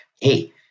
Hey